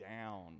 down